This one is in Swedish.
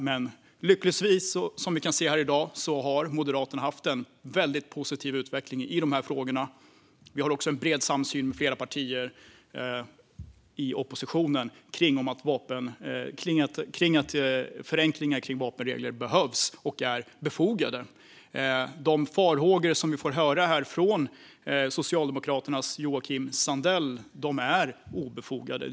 Men lyckligtvis har Moderaterna, som vi kan se här i dag, haft en positiv utveckling i de här frågorna. Vi har också en bred samsyn i flera partier i oppositionen om att förenklingar av vapenregler behövs och är befogade. De farhågor vi får höra här från Socialdemokraternas Joakim Sandell är obefogade.